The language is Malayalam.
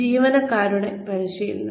ജീവനക്കാരുടെ പരിശീലനം